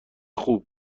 خوب